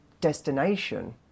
destination